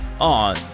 on